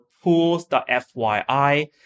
pools.fyi